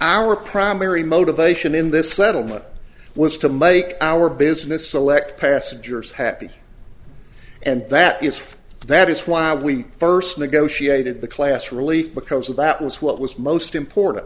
our primary motivation in this settlement was to make our business select passengers happy and that is that is why we first negotiated the class really because of that was what was most important